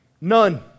None